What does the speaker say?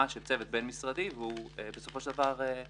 של צוות בין-משרדי ובסופו של דבר הוא